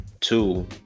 Two